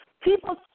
People